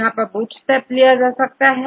यहां हमने बूटस्ट्रैप लिया है